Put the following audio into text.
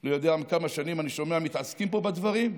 אני לא יודע כמה שנים אני שומע שמתעסקים פה בדברים,